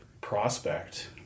prospect